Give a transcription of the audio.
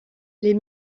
les